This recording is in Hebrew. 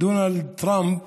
דונלד טראמפ